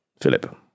Philip